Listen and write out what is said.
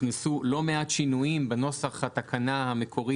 הוכנסו לא מעט שינויים בנוסח התקנה המקורי